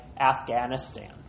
afghanistan